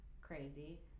crazy